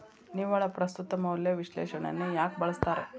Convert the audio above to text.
ನಿವ್ವಳ ಪ್ರಸ್ತುತ ಮೌಲ್ಯ ವಿಶ್ಲೇಷಣೆಯನ್ನ ಯಾಕ ಬಳಸ್ತಾರ